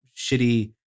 shitty